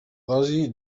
dosi